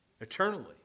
eternally